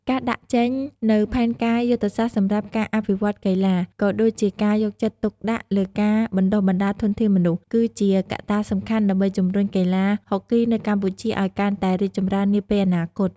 ការដាក់ចេញនូវផែនការយុទ្ធសាស្ត្រសម្រាប់ការអភិវឌ្ឍន៍កីឡា ក៏ដូចជាការយកចិត្តទុកដាក់លើការបណ្ដុះបណ្ដាលធនធានមនុស្ស គឺជាកត្តាសំខាន់ដើម្បីជំរុញកីឡាហុកគីនៅកម្ពុជាឲ្យកាន់តែរីកចម្រើននាពេលអនាគត។